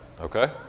okay